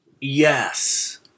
Yes